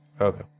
Okay